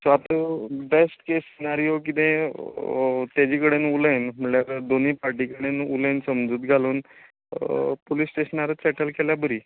so आतां best case scenario किदें तेजे कडेन उलयन म्हणल्यार दोनी पार्टी कडेन उलयन समजूत घालून पुलीस स्टेशनारूच सेटल केल्यार बरी